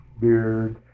beard